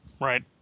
Right